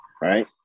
right